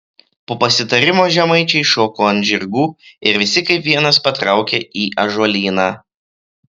po pasitarimo žemaičiai šoko ant žirgų ir visi kaip vienas patraukė į ąžuolyną